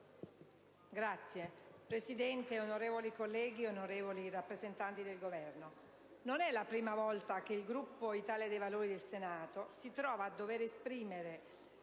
Signora Presidente, onorevoli colleghi, onorevoli rappresentanti del Governo, non è la prima volta che il Gruppo Italia dei Valori del Senato si trova a dover esprimere